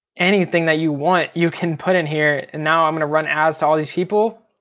anything that you want you can put in here. and now i'm gonna run ads to all these people